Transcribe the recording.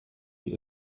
you